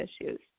issues